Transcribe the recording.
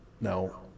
No